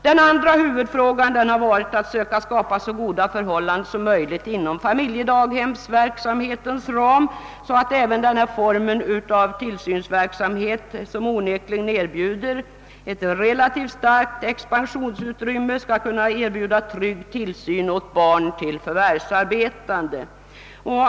Den andra huvudfrågan har varit att försöka skapa så goda förhållanden som möjligt inom familjedaghemsverksamhetens ram så att även denna form av tillsynsverksamhet, som onekligen erbjuder ett relativt starkt expansionsutrymme, skall kunna erbjuda trygg tillsyn åt barn till förvärvsarbetande.